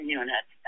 unit